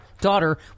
daughter